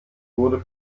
wurde